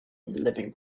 living